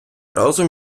розум